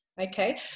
Okay